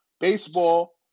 baseball